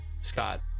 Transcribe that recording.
Scott